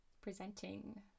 presenting